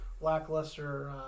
lackluster